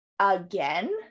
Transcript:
again